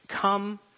come